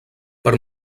per